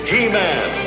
He-Man